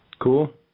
Cool